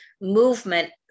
movement